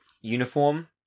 uniform